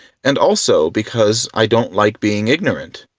and also because i don't like being ignorant.